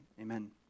amen